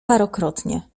parokrotnie